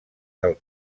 del